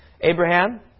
Abraham